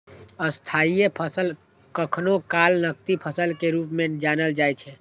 स्थायी फसल कखनो काल नकदी फसल के रूप मे जानल जाइ छै